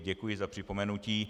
Děkuji za připomenutí.